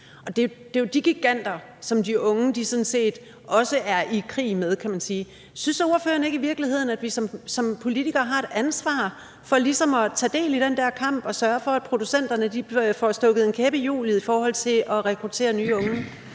Det er jo de giganter, som de unge sådan set også er i krig med, kan man sige. Synes ordføreren i virkeligheden ikke, at vi som politikere har et ansvar for ligesom at tage del i den der kamp og sørge for, at producenterne får stukket en kæp i hjulet i forhold til at rekruttere nye unge?